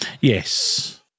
Yes